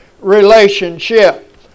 relationship